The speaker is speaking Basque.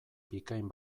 bikain